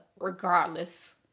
regardless